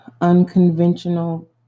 unconventional